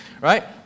Right